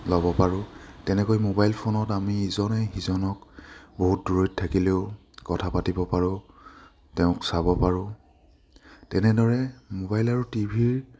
ল'ব পাৰোঁ তেনেকৈ মোবাইল ফোনত আমি ইজনে সিজনক বহুত দূৰৈত থাকিলেও কথা পাতিব পাৰোঁ তেওঁক চাব পাৰোঁ তেনেদৰে মোবাইল আৰু টিভিৰ